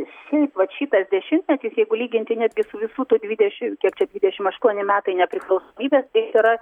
šiaip vat šitas dešimtmetis jeigu lygint netgi su visų tų dvideš kiek čia dvidešim aštuoni metai nepriklausomybės tai jis yra